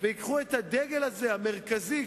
וייקחו את הדגל המרכזי,